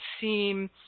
seem